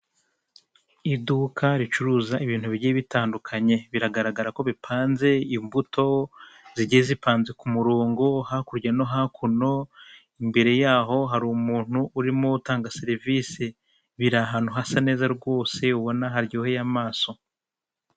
Imodoka nini iri mumuhanda itwara imizigo yiganjemo ibara risa umuhondon'umweru ikaba ifite indi ihetse inyuma isa ibara ry'umweru hakurya yayo hakaba hari ibiti birebire hakurya yabyo hakaba hari amazu menshi.